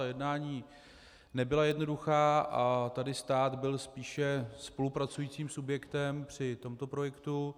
Jednání nebyla jednoduchá a tady stát byl spíše spolupracujícím subjektem při tomto projektu.